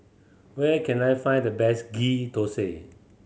where can I find the best Ghee Thosai